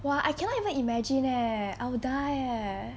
!wah! I cannot even imagine leh I would die eh